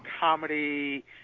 comedy